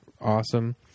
awesome